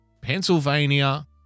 Pennsylvania